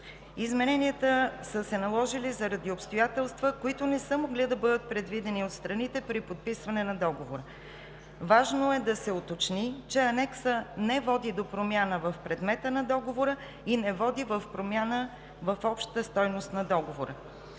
Измененията са се наложили заради обстоятелства, които не са могли да бъдат предвидени от страните при подписване на договора. Важно е да се уточни, че анексът не води до промяна в предмета и общата стойност на договора.